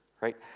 right